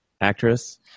Actress